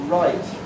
right